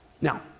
Now